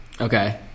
Okay